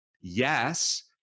Yes